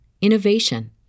innovation